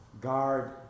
guard